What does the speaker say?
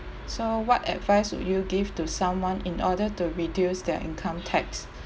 so what advice would you give to someone in order to reduce their income tax